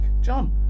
john